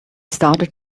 started